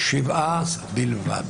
שבעה בלבד: